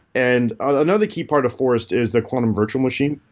and another key part of forest is the quantum virtual machine.